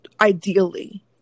ideally